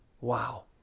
Wow